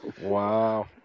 Wow